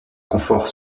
confort